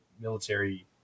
military